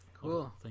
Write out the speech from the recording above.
Cool